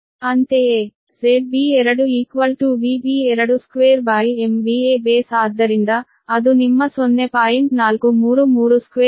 ಅಂತೆಯೇ ಆದ್ದರಿಂದ ಅದು ನಿಮ್ಮ 62